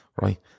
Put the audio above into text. Right